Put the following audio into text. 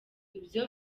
ibyo